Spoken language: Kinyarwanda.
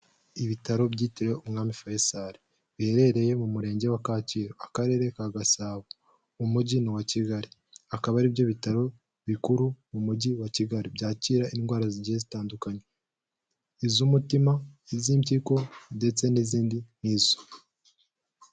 Ibitaro byitiriwe umwami Fayisari biherereye mu murenge wa Kacyiru, akarere ka Gasabo umujyi ni uwa Kigali, akaba aribyo bitaro bikuru mu mujyi wa Kigali byakira indwara zigiye zitandukanye, iz'umutima, iz'impyiko ndetse n'izindi nk'izo.